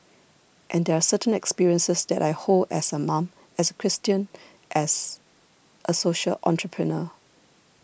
and there are certain experiences that I hold as a mom as a Christian as a social entrepreneur